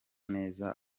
neza